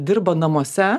dirba namuose